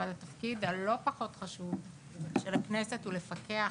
אבל התפקיד הלא פחות חושב של הכנסת הוא לפקח